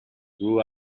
grew